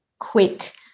quick